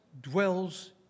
dwells